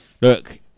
Look